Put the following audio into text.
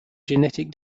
genetic